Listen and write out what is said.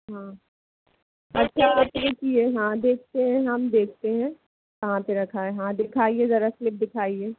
हाँ अच्छा आप देखीए हाँ देखते हैं हम देखते हैं कहाँ पे रखा है हाँ दिखाइए ज़रा स्लिप दिखाइए